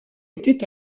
était